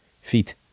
feet